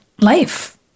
life